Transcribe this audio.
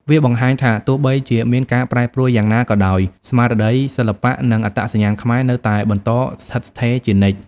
វាបង្ហាញថា ទោះបីជាមានការប្រែប្រួលយ៉ាងណាក៏ដោយ ស្មារតីសិល្បៈ និងអត្តសញ្ញាណខ្មែរនៅតែបន្តស្ថិតស្ថេរជានិច្ច។